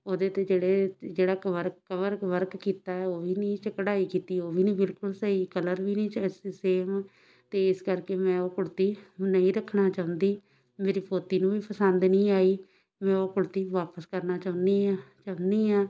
ਉਹਦੇ 'ਤੇ ਜਿਹੜੇ ਜਿਹੜਾ ਕਵਰਕ ਕਵਰਕ ਵਰਕ ਕੀਤਾ ਉਹ ਵੀ ਨੀਚ ਕੜਾਈ ਕੀਤੀ ਉਹ ਵੀ ਨਹੀਂ ਬਿਲਕੁਲ ਸਹੀ ਕਲਰ ਵੀ ਨਹੀਂ ਸ ਸੇਮ ਅਤੇ ਇਸ ਕਰਕੇ ਮੈਂ ਉਹ ਕੁੜਤੀ ਨਹੀਂ ਰੱਖਣਾ ਚਾਹੁੰਦੀ ਮੇਰੀ ਪੋਤੀ ਨੂੰ ਵੀ ਪਸੰਦ ਨਹੀਂ ਆਈ ਮੈਂ ਉਹ ਕੁੜਤੀ ਵਾਪਸ ਕਰਨਾ ਚਾਹੁੰਦੀ ਹਾਂ ਚਾਹੁੰਦੀ ਹਾਂ